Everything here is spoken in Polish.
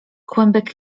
kłębek